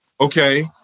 okay